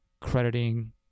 crediting